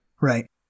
Right